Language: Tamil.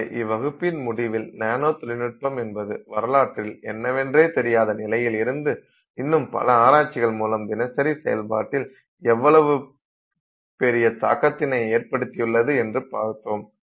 ஆகவே இவ்வகுப்பின் முடிவில் நானோ தொழில்நுட்பம் என்பது வரலாற்றில் என்னவென்றே தெரியாத நிலையில் இருந்து இன்று பல ஆராய்ச்சிகள் மூலம் தினசரி செயல்பாட்டில் எவ்வளவு பெரிய தாக்கத்தினை ஏற்படுத்தியுள்ளது என்று பார்த்தோம்